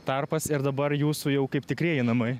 tarpas ir dabar jūsų jau kaip tikrieji namai